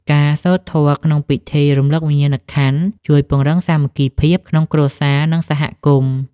ការសូត្រធម៌ក្នុងពិធីរំលឹកវិញ្ញាណក្ខន្ធ ជួយពង្រឹងសាមគ្គីភាពក្នុងគ្រួសារ និងសហគមន៍។